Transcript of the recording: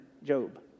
Job